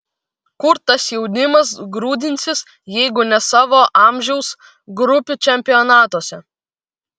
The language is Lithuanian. kur tas jaunimas grūdinsis jeigu ne savo amžiaus grupių čempionatuose